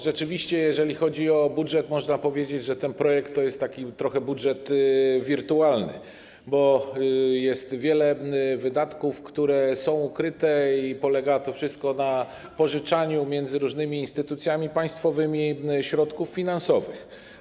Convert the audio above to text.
Rzeczywiście, jeżeli chodzi o budżet, można powiedzieć, że ten projekt to jest taki trochę budżet wirtualny, bo jest wiele wydatków, które są ukryte, i to wszystko polega na pożyczaniu między różnymi instytucjami państwowymi środków finansowych.